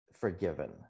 forgiven